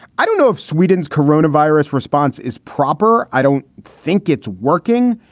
i don't know if sweden's corona virus response is proper. i don't think it's working.